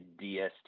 DST